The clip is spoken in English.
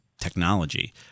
technology